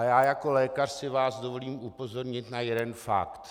Já jako lékař si vás však dovolím upozornit na jeden fakt.